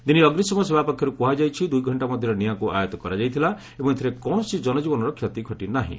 ଦିଲ୍ଲୀ ଅଗ୍ନିଶମ ସେବା ପକ୍ଷରୁ କୁହାଯାଇଛି ଦୁଇଘଙ୍କା ମଧ୍ୟରେ ନିଆଁକୁ ଆୟତ୍ତ କରାଯାଇଥିଲା ଏବଂ ଏଥିରେ କୌଣସି ଜନଜୀବନର କ୍ଷତି ଘଟିନାହିଁ